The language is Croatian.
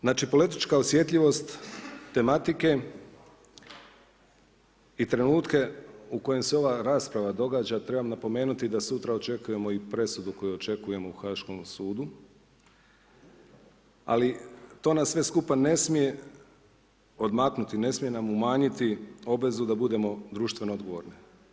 Znači politička osjetljivost tematike i trenutka u kojem se ova rasprava događa, trebam napomenuti da sutra očekujemo i presudu koju očekujemo u Haškom sudu ali to nas sve skupa ne smije odmaknuti, ne smije nam umanjiti obvezu da budemo društveno odgovorni.